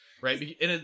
Right